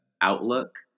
outlook